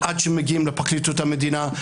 עד שמגיעים לפרקליטות המדינה,